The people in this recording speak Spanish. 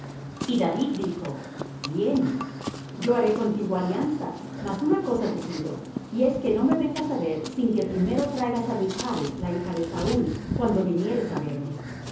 y david dijo bien yo haré contigo alianza mas una cosa te pido y es que no me vengas á ver sin que primero traigas á michl la hija de saúl cuando vinieres á verme